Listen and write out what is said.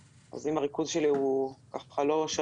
אני ערה יותר מ-24 שעות והריכוז שלי הוא לא שלם.